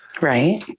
Right